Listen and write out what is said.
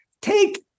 Take